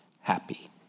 happy